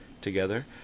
together